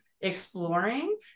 exploring